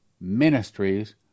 ministries